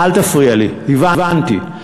האם, אל תפריע לי, הבנתי.